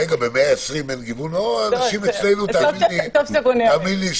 נשים אצלנו משפיעות מאוד, תאמין לי.